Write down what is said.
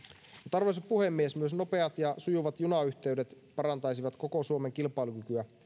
arvoisa puhemies myös nopeat ja sujuvat junayhteydet parantaisivat koko suomen kilpailukykyä